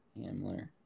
Hamler